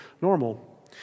normal